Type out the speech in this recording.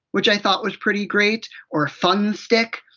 which i thought was pretty great, or! fun stick!